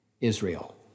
Israel